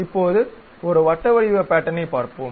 இப்போது ஒரு வட்ட வடிவ பேட்டர்னைப் பார்ப்போம்